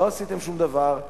ולא עשיתם שום דבר.